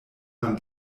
man